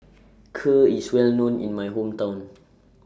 Kheer IS Well known in My Hometown